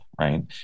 right